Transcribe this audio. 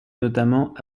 notamment